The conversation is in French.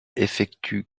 effectue